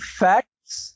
facts